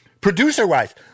Producer-wise